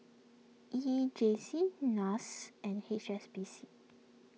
E J C Nas and H S B C